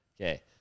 Okay